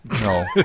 No